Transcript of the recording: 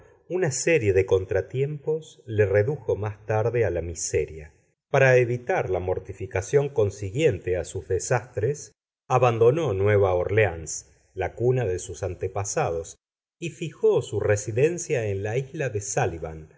una serie de contratiempos le redujo más tarde a la miseria para evitar la mortificación consiguiente a sus desastres abandonó nueva órleans la cuna de sus antepasados y fijó su residencia en la isla de súllivan